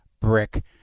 brick